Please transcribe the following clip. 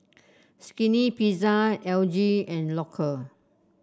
Skinny Pizza L G and Loacker